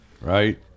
Right